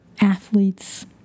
athletes